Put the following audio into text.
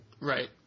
Right